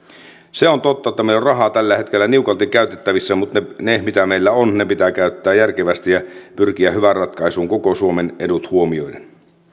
se on totta että meillä on rahaa tällä hetkellä niukalti käytettävissä mutta se mitä meillä on pitää käyttää järkevästi ja pyrkiä hyvään ratkaisuun koko suomen edut huomioiden